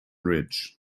rich